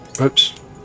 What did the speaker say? oops